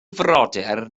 frodyr